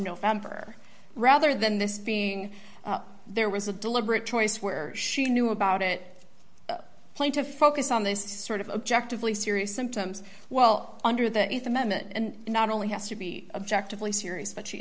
november rather than this being there was a deliberate choice where she knew about it plan to focus on this sort of objective lee serious symptoms well under the th amendment and not only has to be objectively serious but she